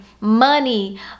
money